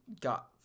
got